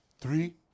three